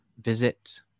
visit